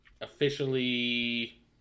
officially